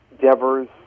devers